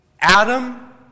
Adam